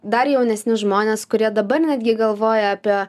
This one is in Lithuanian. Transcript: dar jaunesni žmonės kurie dabar netgi galvoja apie